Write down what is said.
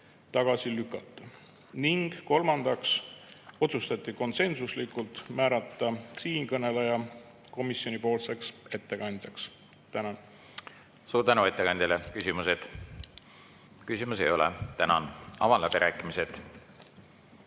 tagasi lükata. Ning kolmandaks otsustati konsensuslikult määrata siinkõneleja komisjoni ettekandjaks. Tänan! Suur tänu ettekandjale! Küsimusi? Küsimusi ei ole. Avan läbirääkimised.